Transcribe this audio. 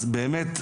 אז באמת,